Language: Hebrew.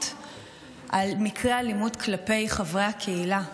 על מקרי אלימות כלפי חברי הקהילה.